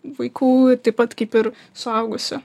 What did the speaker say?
vaikų taip pat kaip ir suaugusių